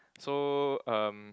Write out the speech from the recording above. so um